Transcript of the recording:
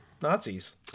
Nazis